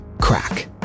crack